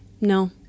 No